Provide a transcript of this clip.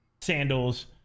sandals